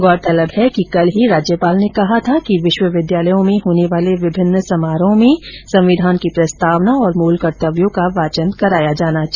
गौरतलब है कि कल ही राज्यपाल ने कहा था कि विश्वविद्यालयों में होने वाले विभिन्न समारोहों में संविधान की प्रस्तावना और मूल कर्तव्यों का वाचन कराया जाना चाहिए